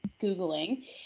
Googling